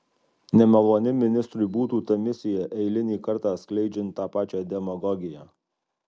nemaloni ministrui būtų ta misija eilinį kartą skleidžiant tą pačią demagogiją